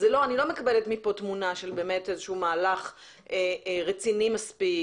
אני לא מקבלת מפה תמונה של מהלך רציני מספיק.